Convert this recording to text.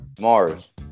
Mars